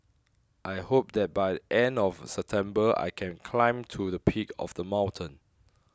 I hope that by end of September I can climb to the peak of the mountain